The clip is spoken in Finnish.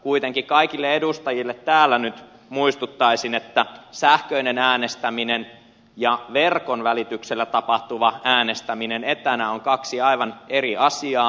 kuitenkin kaikille edustajille täällä nyt muistuttaisin että sähköinen äänestäminen ja verkon välityksellä tapahtuva äänestäminen etänä ovat kaksi aivan eri asiaa